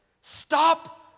Stop